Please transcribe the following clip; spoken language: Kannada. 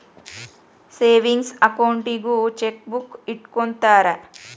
ಸೇವಿಂಗ್ಸ್ ಅಕೌಂಟಿಗೂ ಚೆಕ್ಬೂಕ್ ಇಟ್ಟ್ಕೊತ್ತರ